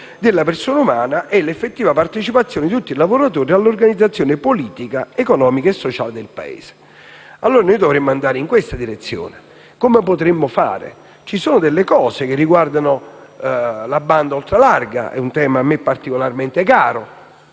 della persona umana e l'effettiva partecipazione di tutti i lavoratori all'organizzazione politica, economica e sociale del Paese». Noi dovremmo allora andare in questa direzione. Come potremmo fare? Ci sono questioni che riguardano la banda ultra larga, un tema a me particolarmente caro.